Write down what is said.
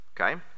Okay